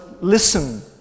listen